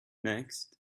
next